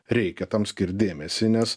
reikia tam skirt dėmesį nes